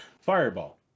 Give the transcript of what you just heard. Fireball